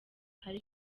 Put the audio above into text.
ahari